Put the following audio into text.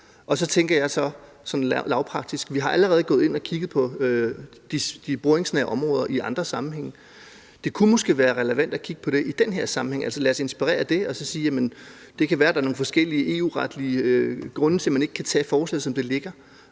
Så tænker jeg sådan lavpraktisk, at vi allerede er gået ind og har kigget på de boringsnære områder i andre sammenhænge, så det kunne måske være relevant at kigge på det i den her sammenhæng, altså at lade os inspirere af det og sige: Det kan være, at der er nogle forskellige EU-retlige grunde til, at man ikke kan tage forslaget, som det ligger,